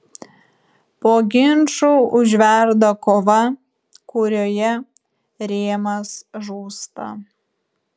po ginčų užverda kova kurioje rėmas žūsta